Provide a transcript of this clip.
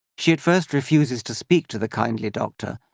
she at first refuses to speak to the kindly doctor,